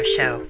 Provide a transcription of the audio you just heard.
Show